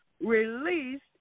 Released